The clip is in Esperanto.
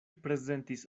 prezentis